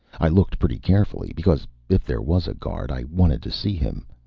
i looked pretty carefully, because if there was a guard, i wanted to see him.